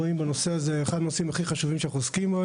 רואים בנושא הזה את אחד הנושאים החשובים ביותר